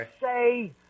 say